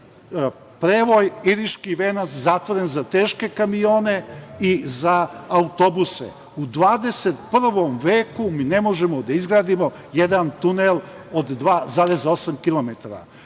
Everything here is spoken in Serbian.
prevoj Iriški venac zatvoren za teške kamione i za autobuse. U 21. veku mi ne možemo da izgradimo jedan tunel od 2,8 km.